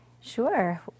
Sure